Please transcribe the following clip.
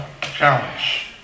challenge